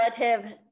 relative